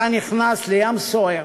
אתה נכנס לים סוער,